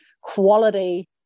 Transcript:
quality